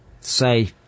say